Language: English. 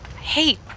Hey